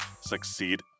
succeed